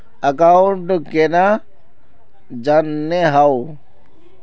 Account केना जाननेहव?